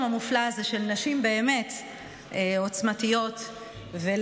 המופלא הזה של נשים עוצמתיות ולביאות,